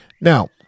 Now